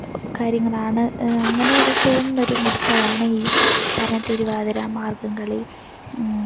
കാര്യങ്ങളാണ് അങ്ങനെ തോന്നുന്നൊരു നൃത്തമാണ് ഈ പറഞ്ഞ തിരുവാതിര മാർഗ്ഗംകളി